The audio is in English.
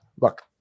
look